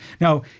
Now